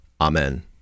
Amen